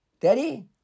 Daddy